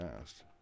asked